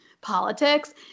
politics